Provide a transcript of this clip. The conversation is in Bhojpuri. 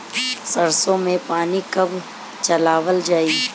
सरसो में पानी कब चलावल जाई?